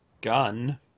gun